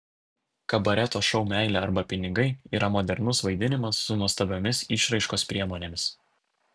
kabareto šou meilė arba pinigai yra modernus vaidinimas su nuostabiomis išraiškos priemonėmis